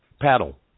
paddle